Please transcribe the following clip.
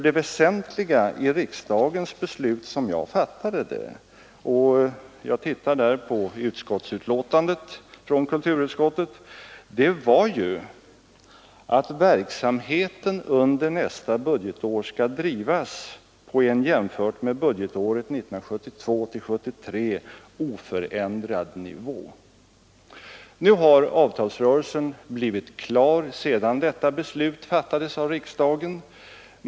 Det väsentliga i riksdagens beslut — som jag fattade det, och jag stöder mig därvid på betänkandet från kulturutskottet — var nämligen att verksamheten under nästa budgetår skulle drivas på en jämfört med budgetåret 1972/73 oförändrad nivå. Sedan detta beslut fattades av riksdagen har avtalsrörelsen blivit klar.